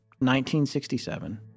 1967